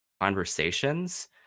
conversations